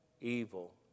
evil